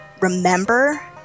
remember